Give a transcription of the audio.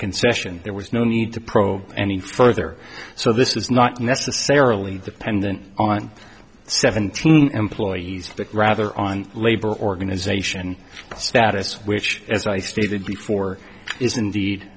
concession there was no need to probe any further so this is not necessarily the pendant on seventeen employees but rather on labor organisation status which as i stated before is indeed